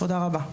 תודה רבה.